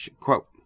Quote